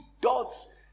dots